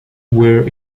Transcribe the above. were